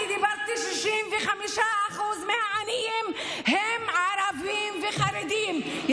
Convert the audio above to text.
דיברתי על כך ש-65% מהעניים הם ערבים וחרדים.